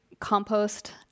compost